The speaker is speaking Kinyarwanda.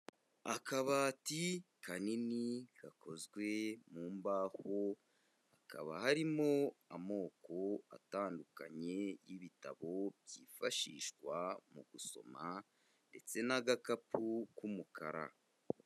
Akabati kanini gakozwe mu mbaho, hakaba harimo amoko atandukanye y'ibitabo byifashishwa mu gusoma ndetse n'agakapu k'umukara.